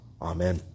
Amen